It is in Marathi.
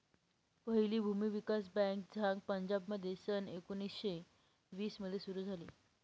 पहिली भूमी विकास बँक झांग पंजाबमध्ये सन एकोणीसशे वीस मध्ये सुरू झाली